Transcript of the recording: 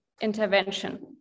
intervention